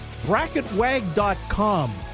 bracketwag.com